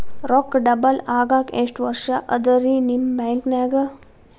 ರೊಕ್ಕ ಡಬಲ್ ಆಗಾಕ ಎಷ್ಟ ವರ್ಷಾ ಅದ ರಿ ನಿಮ್ಮ ಬ್ಯಾಂಕಿನ್ಯಾಗ?